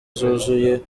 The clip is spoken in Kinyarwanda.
zuzuye